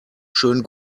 schönen